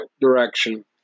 direction